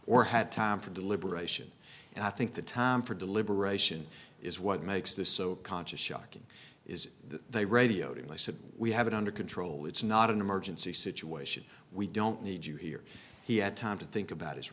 or had time for deliberation and i think the time for deliberation is what makes this so conscious shocking is that they radioed in they said we have it under control it's not an emergency situation we don't need you here he had time to think about his